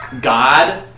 God